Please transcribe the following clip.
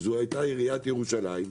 הייתה עיריית ירושלים,